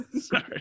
Sorry